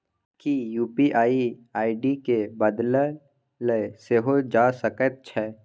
कि UPI ID केँ बदलल सेहो जा सकैत छै?